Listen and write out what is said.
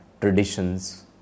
traditions